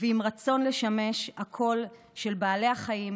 ועם רצון להיות הקול של בעלי החיים,